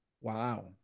Wow